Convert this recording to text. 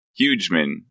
Hugeman